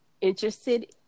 interested